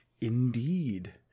Indeed